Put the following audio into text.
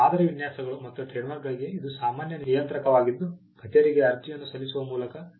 ಮಾದರಿ ವಿನ್ಯಾಸಗಳು ಮತ್ತು ಟ್ರೇಡ್ಮಾರ್ಕ್ಗಳಿಗೆ ಇದು ಸಾಮಾನ್ಯ ನಿಯಂತ್ರಕವಾಗಿದ್ದು ಕಚೇರಿಗೆ ಅರ್ಜಿಯನ್ನು ಸಲ್ಲಿಸುವ ಮೂಲಕ ಸಲ್ಲಿಸಲಾಗುತ್ತದೆ